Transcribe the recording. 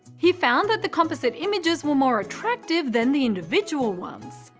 he found that the composite images were more attractive than the individual ones.